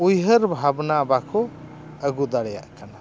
ᱩᱭᱦᱟᱹᱨ ᱵᱷᱟᱵᱽᱱᱟ ᱵᱟᱠᱚ ᱟᱹᱜᱩ ᱫᱟᱲᱮᱭᱟᱜᱼᱟ ᱠᱟᱱᱟ